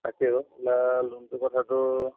তাকে অঁ লোনটোৰ কথাটো